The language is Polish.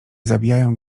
zabijają